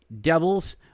Devils